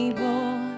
boy